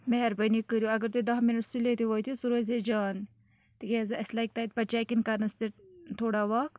مہربٲنی کٔرِتھ اگر تُہۍ دَہ مِنَٹ سُلے تہِ وٲتِو سُہ روزِ ہا جان تِکیٛازِ اَسہِ لَگہِ تَتہِ پَتہٕ چَکِنٛگ کَرنَس تہِ تھوڑا وَقت